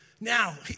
now